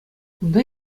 унта